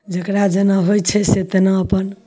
जेकरा जेना होइत छै से तेना अपन